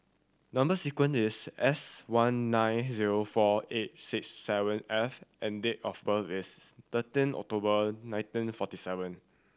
number sequence is S one nine zero four eight six seven F and date of birth is thirteen October nineteen forty seven